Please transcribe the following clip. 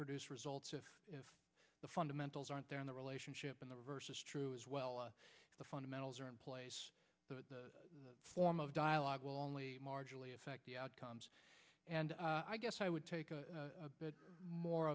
produce results if the fundamentals aren't there in the relationship in the reverse is true as well the fundamentals are in place the form of dialogue will only marginally affect the outcomes and i guess i would take a bit more